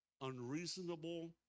Unreasonable